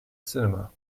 cinema